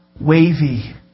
wavy